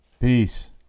Peace